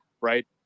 right